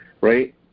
right